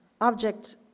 object